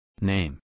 Name